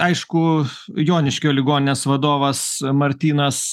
aišku joniškio ligoninės vadovas martynas